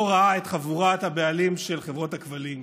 ראה את חבורת הבעלים של חברות הכבלים,